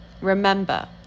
Remember